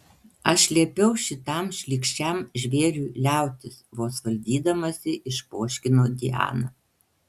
aš liepiau šitam šlykščiam žvėriui liautis vos valdydamasi išpoškino diana